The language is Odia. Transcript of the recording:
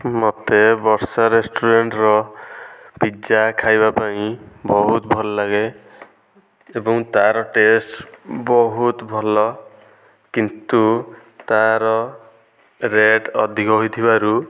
ମୋତେ ବର୍ଷାରରେସ୍ତୋରାଁର ପିଜ୍ଜା ଖାଇବା ପାଇଁ ବହୁତ ଭଲ ଲାଗେ ଏବଂ ତାର ଟେଷ୍ଟ ବହୁତ ଭଲ କିନ୍ତୁ ତାର ରେଟ୍ ଅଧିକ ହୋଇଥିବାରୁ